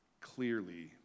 clearly